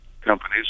companies